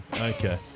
Okay